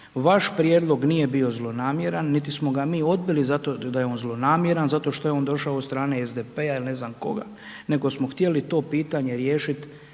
Vaš prijedlog nije bio zlonamjeran niti smo ga mi odbili zašto što je on zlonamjeran, zato što je on došao od strane SDP-a ili ne znam koga nego smo htjeli to pitanje riješiti